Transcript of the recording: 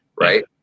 Right